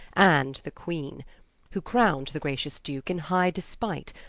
and the queene who crown'd the gracious duke in high despight,